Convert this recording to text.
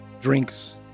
drinks